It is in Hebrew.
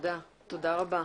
תודה רבה.